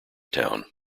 town